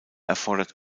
erfordert